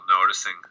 noticing